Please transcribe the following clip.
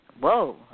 Whoa